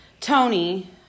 Tony